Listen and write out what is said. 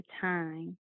time